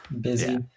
busy